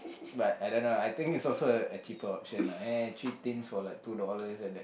but I don't know lah I think is also a cheaper option lah three things for like two dollars like that